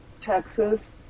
Texas